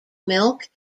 milk